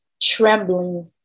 trembling